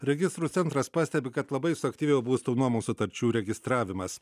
registrų centras pastebi kad labai suaktyvėjo būsto nuomos sutarčių registravimas